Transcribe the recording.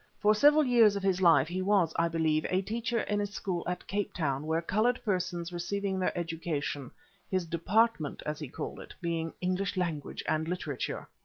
for several years of his life he was, i believe, a teacher in a school at capetown where coloured persons received their education his department, as he called it, being english language and literature.